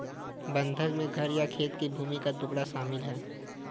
बंधक में घर या खेत की भूमि का टुकड़ा शामिल है